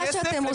מה שאתם עושים,